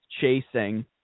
chasing